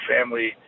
family